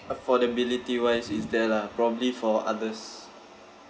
affordability wise is there lah probably for others